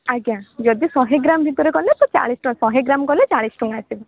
ଆଜ୍ଞା ଯଦି ଶହେ ଗ୍ରାମ୍ ଭିତରେ କଲେ ତ ଶହେ ଗ୍ରାମ୍ କଲେ ଚାଳିଶ ଟଙ୍କା ଆସିବ